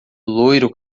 loiro